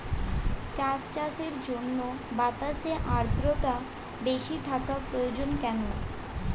চা চাষের জন্য বাতাসে আর্দ্রতা বেশি থাকা প্রয়োজন কেন?